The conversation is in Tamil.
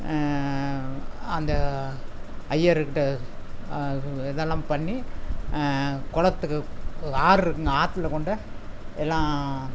அந்த அய்யர்கிட்ட இதெல்லாம் பண்ணி குளத்துக்கு ஆறு இருக்குதுங்க ஆத்தில் கொண்டு எல்லாம்